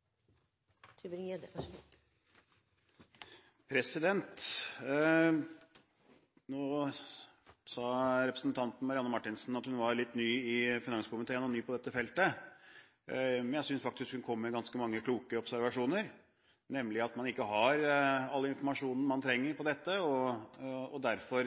ny på dette feltet, men jeg syntes faktisk hun kom med ganske mange kloke observasjoner, nemlig at man ikke har all informasjonen man trenger om dette, og derfor